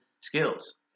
skills